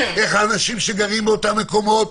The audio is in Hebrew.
איך האנשים באותה עיר